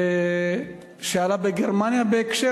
שעלה בגרמניה בהקשר,